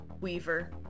Weaver